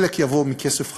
חלק יבוא מכסף חדש,